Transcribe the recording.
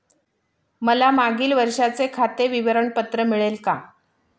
मला मागील वर्षाचे खाते विवरण पत्र मिळेल का?